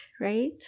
right